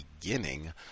beginning